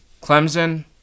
Clemson